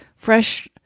Fresh